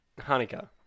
Hanukkah